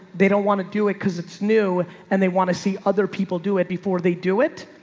they don't want to do it cause it's new and they want to see other people do it before they do it.